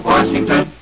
Washington